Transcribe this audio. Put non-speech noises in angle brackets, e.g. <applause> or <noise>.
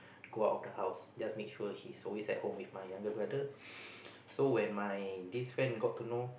go out of the house just make sure he's always at home with my younger brother <noise> so when my this friend got to know